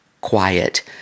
quiet